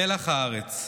מלח הארץ.